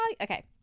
Okay